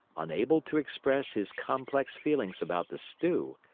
unable to express his complex feelings about the stew,